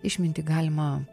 išmintį galima